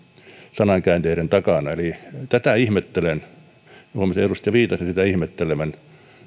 sanankäänteiden takana eli tätä ihmettelen huomasin edustaja viitasenkin sitä ihmettelevän